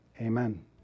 amen